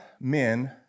men